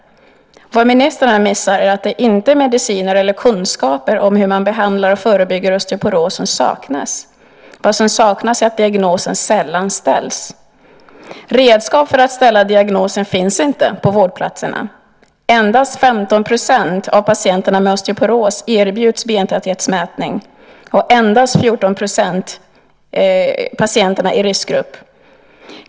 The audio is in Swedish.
Vad ministern här missar är att det inte är mediciner eller kunskaper om hur man behandlar och förebygger osteoporos som saknas. Vad som saknas är att diagnosen sällan ställs. Redskap för att ställa diagnosen finns inte på vårdplatserna. Endast 15 % av patienterna med osteoporos erbjuds bentäthetsmätning - och endast 14 % av patienterna i riskgruppen.